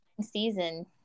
season